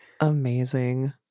Amazing